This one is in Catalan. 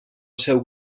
seu